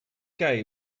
gay